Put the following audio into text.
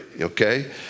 okay